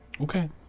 Okay